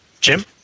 Jim